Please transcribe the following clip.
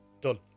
done